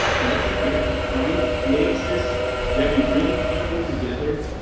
and i think we have to find places where we bring people together